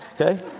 okay